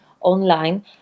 online